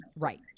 right